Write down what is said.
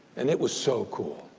and it was so cool.